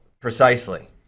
precisely